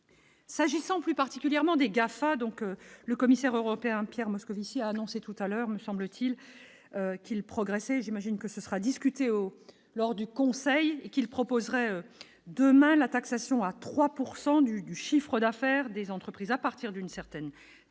S'agissant plus particulièrement des GAFA donc le commissaire européen, Pierre Moscovici a annoncé tout-à-l'heure me semble-t-il, qu'il progressait, j'imagine que ce sera discuté au lors du conseil qu'il proposerait demain la taxation à 3 pourcent du chiffre d'affaires des entreprises à partir d'une certaine